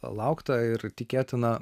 lauktą ir tikėtiną